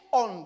on